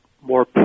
more